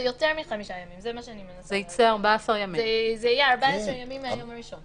זה יהיה 14 ימים מהיום הראשון.